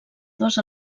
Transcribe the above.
dos